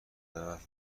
حرف